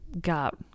got